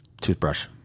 Toothbrush